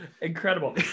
incredible